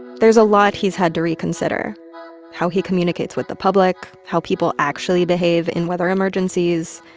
there's a lot he's had to reconsider how he communicates with the public, how people actually behave in weather emergencies.